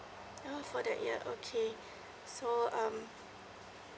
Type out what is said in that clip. oh for that year okay so um